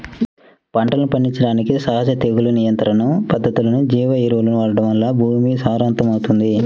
పంటలను పండించడానికి సహజ తెగులు నియంత్రణ పద్ధతులు, జీవ ఎరువులను వాడటం వలన భూమి సారవంతమవుతుంది